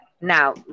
Now